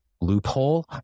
loophole